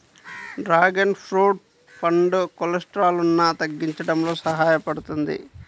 dragon fruit పండు కొలెస్ట్రాల్ను తగ్గించడంలో సహాయపడుతుంది